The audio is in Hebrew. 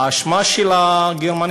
האשמה של הגרמנייה,